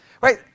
Right